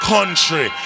Country